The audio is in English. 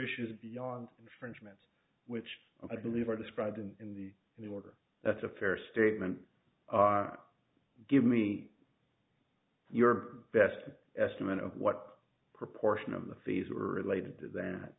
issues beyond infringement which i believe are described in the in the order that's a fair statement give me your best estimate of what proportion of the fees are related to that